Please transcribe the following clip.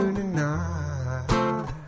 tonight